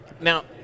Now